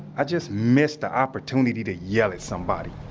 i just miss the opportunity to yell at somebody